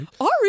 ari